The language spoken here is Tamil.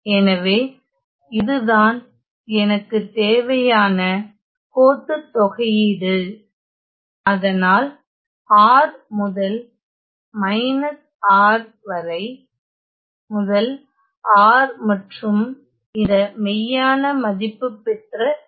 எனவே இதுதான் எனக்கு தேவையான கோட்டுத் தொகையீடு அதனால் R முதல் R வரை முதல் R மற்றும் இந்த மெய்யான மதிப்புப் பெற்ற C